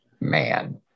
man